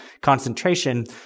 concentration